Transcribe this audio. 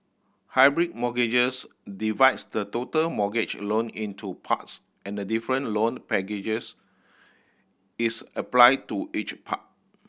hybrid mortgages divides the total mortgage loan into parts and a different loan packages is applied to each part